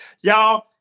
Y'all